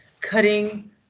cutting